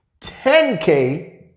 10K